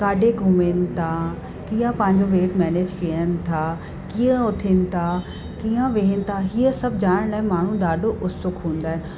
काॾे घुमनि था कीअं पंहिंजो वेट मेनेज कनि था कीअं उथनि था कीअं विहनि था हीअ सभु ॼाणण लाइ माण्हू ॾाढो उत्सुक हूंदा आहिनि